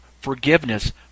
forgiveness